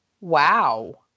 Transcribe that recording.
Wow